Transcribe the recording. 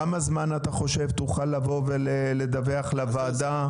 כמה זמן אתה חושב שתוכל לבוא ולדווח לוועדה?